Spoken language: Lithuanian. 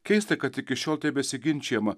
keista kad iki šiol tebesiginčijama